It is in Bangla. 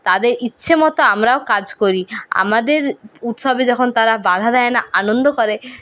তাদের ইচ্ছে মতো আমরাও কাজ করি আমাদের উৎসবে যখন তারা বাঁধা দেয় না আনন্দ করে